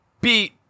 beat